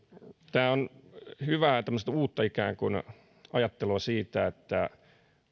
tämä on hyvää uutta ajattelua siitä että